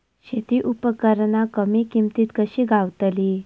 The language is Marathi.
शेती उपकरणा कमी किमतीत कशी गावतली?